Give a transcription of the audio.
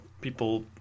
people